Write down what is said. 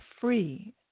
free